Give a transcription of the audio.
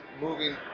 moving